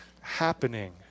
happening